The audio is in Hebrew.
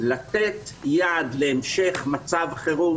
לתת יד להמשך מצב חירום,